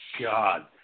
god